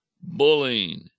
bullying